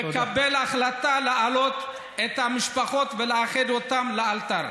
יש לקבל החלטה להעלות את המשפחות ולאחד אותן לאלתר.